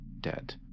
dead